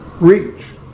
Reach